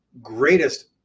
greatest